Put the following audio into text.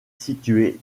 situé